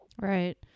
Right